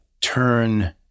turn